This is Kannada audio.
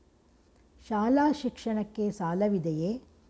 ಶಾಲಾ ಶಿಕ್ಷಣಕ್ಕೆ ಸಾಲವಿದೆಯೇ?